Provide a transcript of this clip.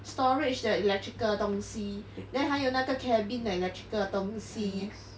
storage the electrical 的东西 then 还有那个 cabin the electrical 的东西